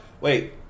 wait